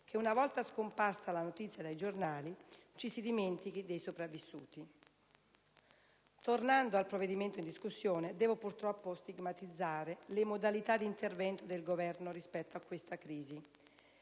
che una volta scomparsa la notizia dai giornali ci si dimentichi dei sopravvissuti. Tornando al provvedimento in discussione, devo purtroppo stigmatizzare le modalità d'intervento del Governo rispetto a questa crisi.